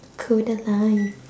kodaline